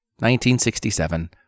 1967